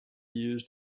used